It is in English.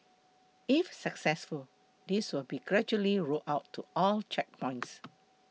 if successful this will be gradually rolled out to all checkpoints